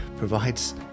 Provides